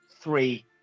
three